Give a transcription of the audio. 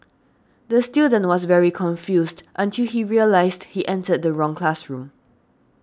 the student was very confused until he realised he entered the wrong classroom